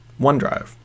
OneDrive